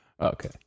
Okay